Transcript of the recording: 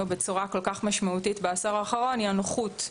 בצורה כל כך משמעותית בעשור האחרון היא הנוחות,